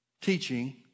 teaching